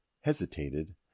hesitated